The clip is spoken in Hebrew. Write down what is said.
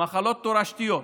מחלות תורשתיות.